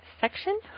section